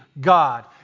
God